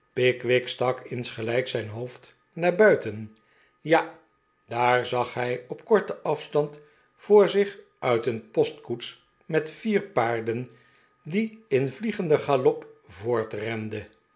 pickwick stak insgelijks zijn hoofd naar buiten ja daar zag hij op korten aftand voor zich uit een postkoets met vier paarden die in vliegenden galop